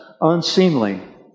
unseemly